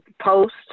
post